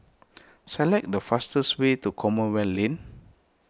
select the fastest way to Commonwealth Lane